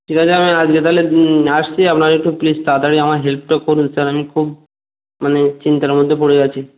ঠিক আছে আমি আজকে তালে আসছি আপনারা একটু প্লিজ তাড়াতাড়ি আমার হেল্প তো করুন স্যার আমি খুব মানে চিন্তার মধ্যে পড়ে আছি